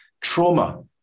Trauma